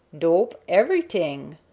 dope, everyt'ing.